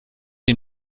den